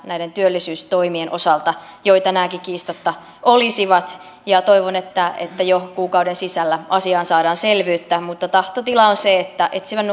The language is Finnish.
näiden työllisyystoimien osalta joita nämäkin kiistatta olisivat toivon että että jo kuukauden sisällä asiaan saadaan selvyyttä mutta tahtotila on se että etsivän